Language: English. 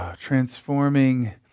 Transforming